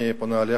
אני פונה אליך,